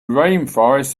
rainforests